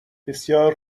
بسیار